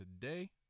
today